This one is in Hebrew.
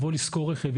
יבוא לשכור רכב,